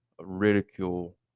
ridicule